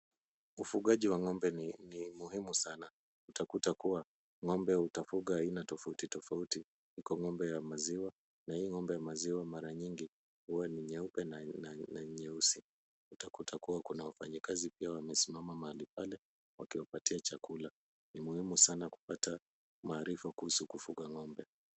Ufugaji wa ng'ombe ni muhimu sana. Utakuta kuwa ng'ombe utafuga aina tofauti tofauti. Iko ng'ombeya maziwa na hii ng'ombe ya maziwa, mara nyingi huwa ni nyeupe na nyeusi. Utakuta pia kuna wafanyikazi wamesimama mahali pale, wakiwapatia chakula. Ni muhimu sana kupata maarifa kuhusu kufuga ng'ombe.